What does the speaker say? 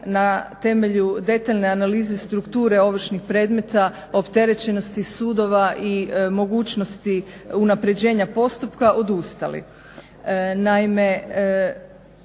na temelju detaljne analize strukture ovršnih predmeta opterećenosti sudova i mogućnosti unaprjeđenja postupka odustali.